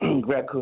Greg